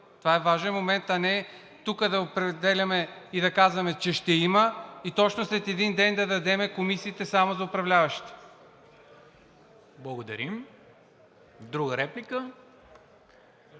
това е важен момент! А не тук да определяме и да казваме, че ще има и точно след един ден да дадем комисиите само на управляващите. ПРЕДСЕДАТЕЛ НИКОЛА